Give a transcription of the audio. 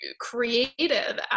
creative